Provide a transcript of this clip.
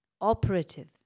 operative